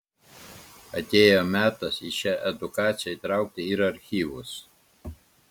atėjo metas į šią edukaciją įtraukti ir archyvus